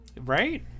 Right